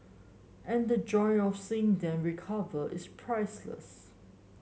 and the joy of seeing them recover is priceless